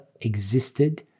existed